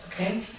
Okay